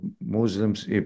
Muslims